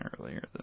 earlier